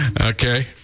Okay